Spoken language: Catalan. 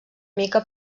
mica